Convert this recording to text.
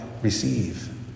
receive